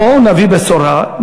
בואו נביא בשורה,